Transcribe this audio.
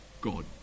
God